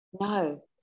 no